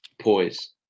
poise